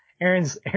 Aaron's